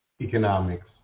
economics